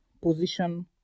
position